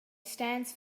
stands